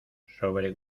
sobre